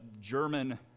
German